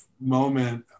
moment